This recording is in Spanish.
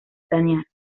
planear